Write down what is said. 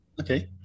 Okay